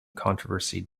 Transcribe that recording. controversy